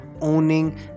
owning